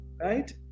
right